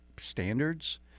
standards